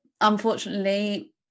Unfortunately